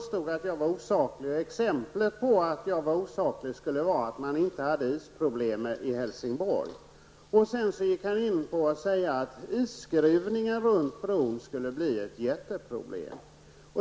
Herr talman! Kjell-Arne Welin påstår att jag är osaklig. Som exempel anför han detta med att man inte har löst problemen i Helsingborg. Sedan sade han att isskruvningen runt bron skulle bli ett mycket stort problem.